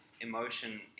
emotion